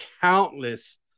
countless